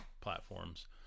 platforms